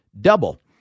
double